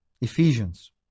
ephesians